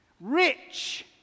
Rich